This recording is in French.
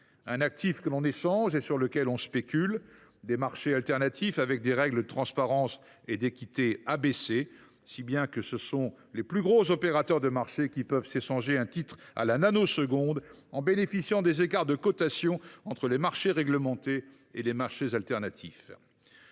!–, que l’on échange et sur lequel on spécule. Les marchés alternatifs sont régis par des règles de transparence et d’équité moins exigeantes, si bien que les plus gros opérateurs de marchés peuvent s’échanger un titre en une nanoseconde, bénéficiant ainsi des écarts de cotation entre les marchés réglementés et les marchés alternatifs.